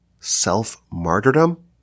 self-martyrdom